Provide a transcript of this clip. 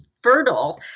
fertile